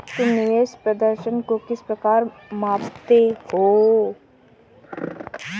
तुम निवेश प्रदर्शन को किस प्रकार मापते हो?